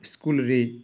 ସ୍କୁଲ୍ରେ